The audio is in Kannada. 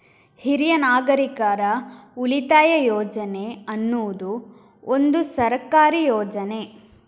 ಹಿರಿಯ ನಾಗರಿಕರ ಉಳಿತಾಯ ಯೋಜನೆ ಅನ್ನುದು ಒಂದು ಸರ್ಕಾರಿ ಯೋಜನೆ